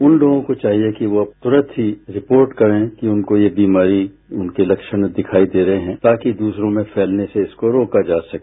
उन लोगों को चाहिए कि वे तुरंत ही रिपोर्ट करें कि उनको ये बीमारी उनके लक्षण में दिखाई दे रहे हैं ताकि दूसरों में फैलने से इसको रोका जा सके